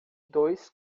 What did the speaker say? dois